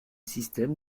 système